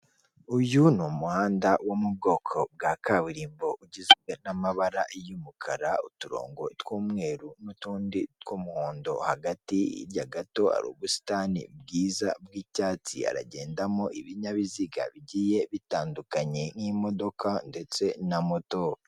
Uyu ni umuhanda wo mu bwoko bwa kaburimbo ugizwe n'amabara y'umukara uturongo tw'umweru n'utundi tw'umuhondo, hagati hirya gato hari ubusitani bwiza bw'icyatsi, haragendamo ibinyabiziga bigiye bitandukanye nk'imodoka ndetse na moto.